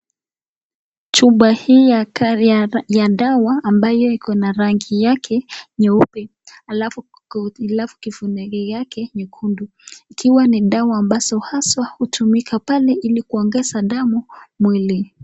Chupa hii ya gari ya dawa ambayo iko na rangi yake nyeupe alafu kifuniko yake nyekundu ikiwa ni dawa ambazo haswa hutumika pale ili kuongeza damu mwilini.